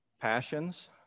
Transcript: Passions